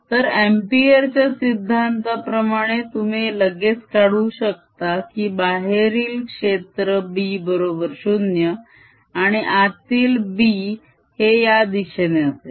E0 तर Ampere च्या सिद्धांताप्रमाणे Ampere's law तुम्ही हे लगेच काढू शकता की बाहेरील क्षेत्र B बरोबर 0 आणि आतील B हे या दिशेने असेल